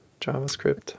JavaScript